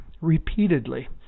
repeatedly